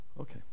Okay